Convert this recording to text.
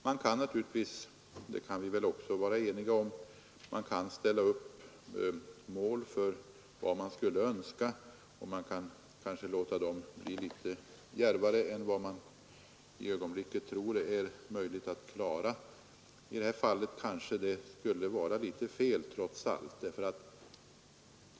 Man kan naturligtvis — det kan vi också vara eniga om — ställa upp mål för vad man skulle önska och kanske låta dem bli litet djärvare än man tror blir möjligt att klara. I detta fall skulle det kanske vara litet fel trots allt.